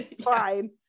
fine